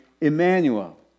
Emmanuel